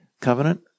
covenant